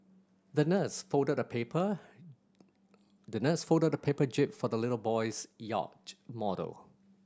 the nurse folded a paper the nurse folded a paper jib for the little boy's yacht model